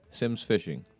SimsFishing